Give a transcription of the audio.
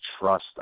trust